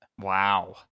Wow